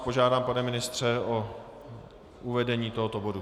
Požádám vás, pane ministře, o uvedení tohoto bodu.